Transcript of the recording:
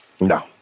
No